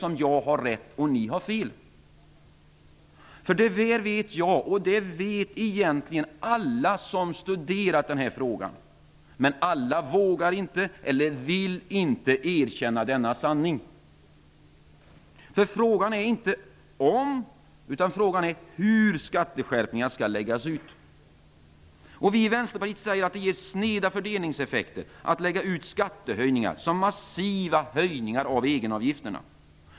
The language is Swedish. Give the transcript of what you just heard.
Men jag har rätt och ni fel, för det här vet jag och det här vet också alla som har studerat frågan. Men alla vågar inte, eller vill inte, erkänna denna sanning. Frågan är nämligen inte om utan hur skatteskärpningar skall läggas ut. Vi i Vänsterpartiet säger att det blir sneda fördelningseffekter om skattehöjningar läggs ut som massiva höjningar av egenavgifterna.